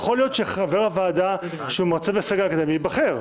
יכול להיות שחבר הוועדה שהוא מרצה בסגל האקדמי ייבחר,